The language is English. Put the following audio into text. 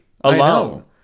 alone